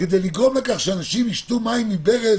כדי לגרום לכך שאנשים ישתו מים מברז